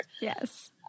Yes